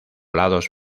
lados